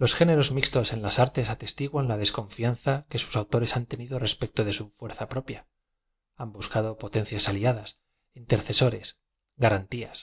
los géneros mixtos en las artes atestiguan la des confianza que sus autores han tenido respecto de su fuerza propia han buscado potencias aliadas interce sores garantias